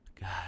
god